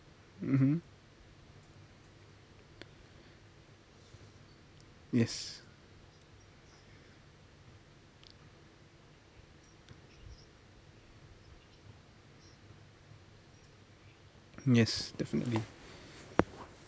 mmhmm yes yes definitely